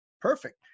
perfect